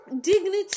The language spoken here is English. Dignity